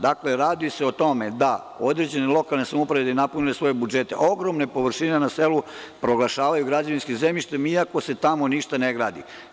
Dakle, radi se o tome da određene lokalne samouprave, da bi napunile svoje budžete, ogromne površine na selu proglašavaju građevinskim zemljištem, iako se tamo ništa ne gradi.